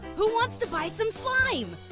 who wants to buy some slime?